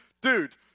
dude